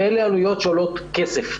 ואלה פעילויות שעולות כסף,